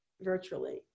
virtually